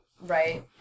Right